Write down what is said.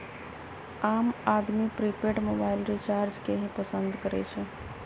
आम आदमी prepaid mobile recharge के ही पसंद करई छई